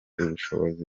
ubushobozi